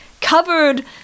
covered